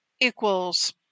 equals